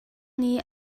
nih